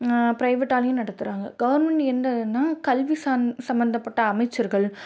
ப்ரைவேட்டாலையும் நடத்துகிறாங்க கவுர்மெண்ட் எந்த இதுனால் கல்வி சார்ந் சம்மந்தப்பட்ட அமைச்சர்கள்